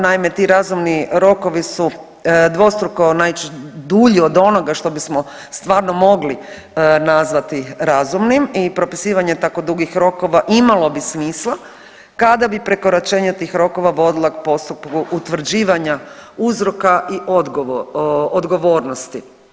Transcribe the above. Naime, ti razumni rokovi su dvostruko dulji od onoga što bismo stvarno mogli nazvati razumnim i propisivanje tako dugih rokova imalo bi smisla kada bi prekoračenje tih rokova vodilo ka postupku utvrđivanja uzroka i odgovornosti.